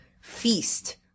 feast